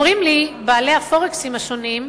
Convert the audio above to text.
אומרים לי בעלי הפורקסים השונים,